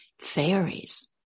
fairies